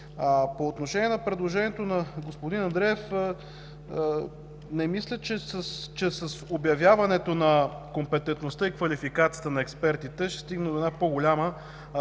По отношение на предложението на господин Андреев, не мисля, че с обявяването на компетентността и квалификацията на експертите ще стигнем до по-голяма